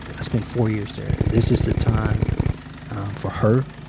i spent four years there. and this is the time for her,